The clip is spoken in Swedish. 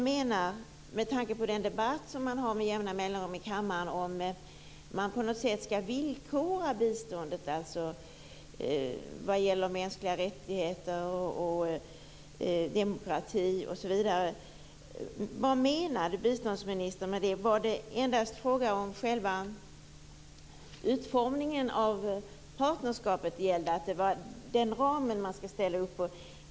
Med tanke på den debatt som förs i kammaren med jämna mellanrum om att biståndet skall villkoras när det gäller mänskliga rättigheter och demokrati undrar jag vad biståndsministern menade. Var det endast fråga om själva utformningen av partnerskapet och den ram som man skall ställa upp med?